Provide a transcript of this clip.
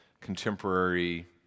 contemporary